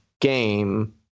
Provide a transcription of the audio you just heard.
game